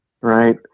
right